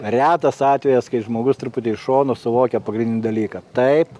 retas atvejis kai žmogus truputį šonu suvokia pagrindinį dalyką taip